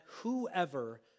whoever